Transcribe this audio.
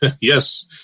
Yes